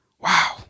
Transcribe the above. Wow